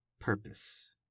Purpose